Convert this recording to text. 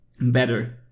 better